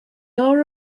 are